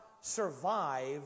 survive